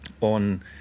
on